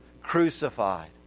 crucified